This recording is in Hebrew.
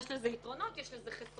יש לזה יתרונות, יש לזה חסרונות.